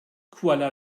kuala